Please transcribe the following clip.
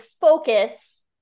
focus